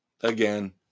again